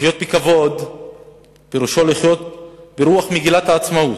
לחיות בכבוד פירושו לחיות ברוח מגילת העצמאות,